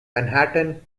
manhattan